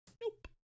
nope